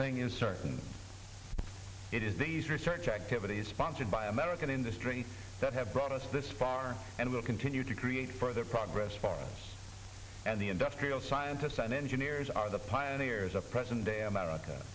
thing is certain it is these research activities sponsored by american industry that have brought us this far and will continue to create further progress and the industrial scientists and engineers are the pioneers of present day america